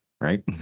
Right